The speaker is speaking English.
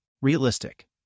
realistic